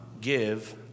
give